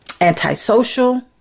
antisocial